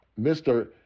Mr